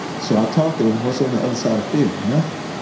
so i taught them what's on the other side of fear nothing.